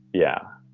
yeah